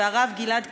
והרב גלעד קריב,